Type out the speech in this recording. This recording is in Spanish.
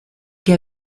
que